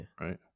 right